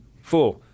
four